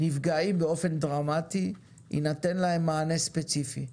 נפגעים באופן דרמטי, יינתן להם מענה ספציפי.